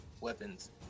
weapons